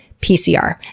PCR